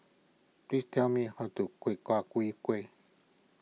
please tell me how to Kueh